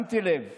שמתי לב